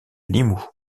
limoux